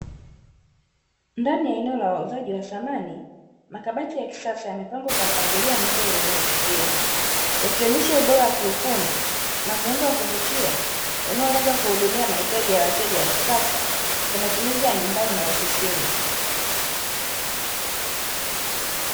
Ndani ya eneo la wauzaji wa samani makabati ya kisasa yamepangwa kwa mpangilio mzuri unaovutia, yakonyesha ubora wa kiufundi na muundo unaovutia, unaolenga kuhudumia mahitaji wa wateja wa kisasa kwa matumizi ya nyumbani na ofisini.